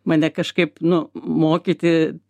mane kažkaip nu mokyti